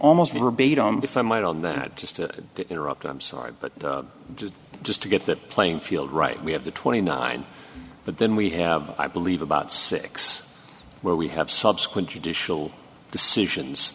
almost verbatim if i might on that just to interrupt i'm sorry but just to get that plainfield right we have the twenty nine but then we have i believe about six where we have subsequent judicial decisions